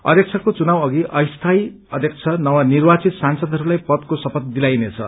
अध्यक्षको चुनाव अघि अस्थायी अध्यक्ष नवनिर्वाचित सांसदहरूलाई पदको शपथ दिलाइनेछ